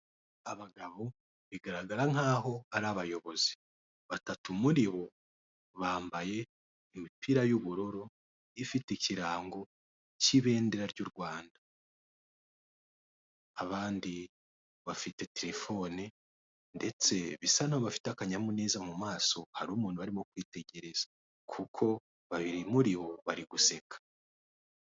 Abagabo bigaragara nk'aho ari abayobozi, batatu muri bo bambaye imipira y'ubururu ifite ikirango cy'ibendera ry'u Rwanda, abandi bafite telefone ndetse bisa n'aho bafite akanyamuneza mu maso hariho umuntu barimo kwitegereza, kuko babiri muri bo bari guseka.